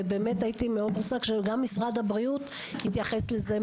ובאמת הייתי מאוד רוצה שגם משרד הבריאות יתייחס לזה.